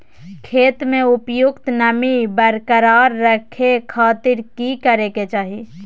खेत में उपयुक्त नमी बरकरार रखे खातिर की करे के चाही?